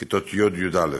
כיתות י' י"א.